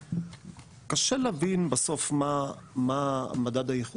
קשה להבין בסוף מה מדד הייחוס.